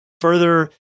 further